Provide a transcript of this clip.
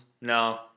No